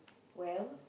well